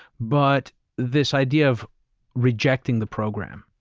but this idea of rejecting the program.